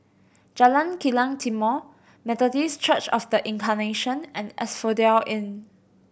Jalan Kilang Timor Methodist Church Of The Incarnation and Asphodel Inn